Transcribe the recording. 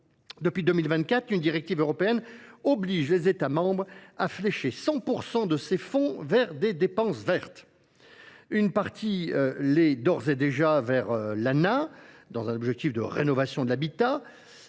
Depuis 2024, une directive européenne oblige les États membres à flécher 100% de ses fonds vers des dépenses vertes. Une partie l'est d'ores et déjà vers l'ANA dans un objectif de rénovation de l'habitat.